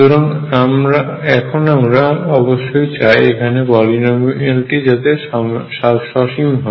সুতরাং এখন আমরা অবশ্যই চাই এখানে পলিনোমিয়ালটি যাতে সসীম হয়